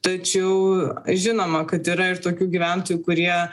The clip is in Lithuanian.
tačiau žinoma kad yra ir tokių gyventojų kurie